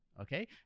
Okay